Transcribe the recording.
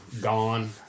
gone